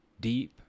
deep